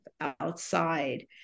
outside